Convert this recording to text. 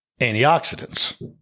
antioxidants